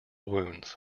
wounds